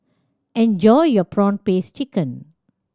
enjoy your prawn paste chicken